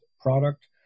product